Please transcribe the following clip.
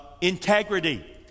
integrity